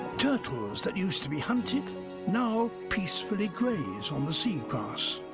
turtles that used to be hunted now peacefully graze on the seagrass.